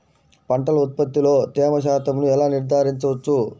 పంటల ఉత్పత్తిలో తేమ శాతంను ఎలా నిర్ధారించవచ్చు?